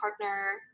partner